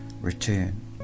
return